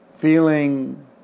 feeling